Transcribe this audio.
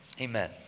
amen